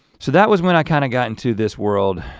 so that was when i kind of got into this world